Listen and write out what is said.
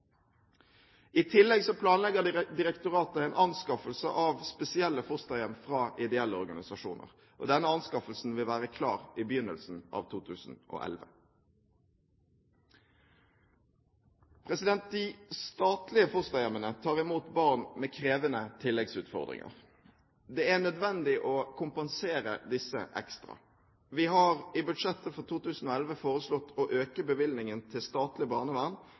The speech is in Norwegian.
I tillegg planlegger direktoratet en anskaffelse av spesielle fosterhjem fra ideelle organisasjoner. Denne anskaffelsen vil være klar i begynnelsen av 2011. De statlige fosterhjemmene tar imot barn med krevende tilleggsutfordringer. Det er nødvendig å kompensere disse ekstra. Vi har i budsjettet for 2011 foreslått å øke bevilgningen til statlig barnevern